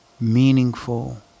meaningful